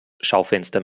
schaufenster